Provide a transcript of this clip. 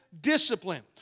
discipline